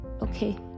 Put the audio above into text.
okay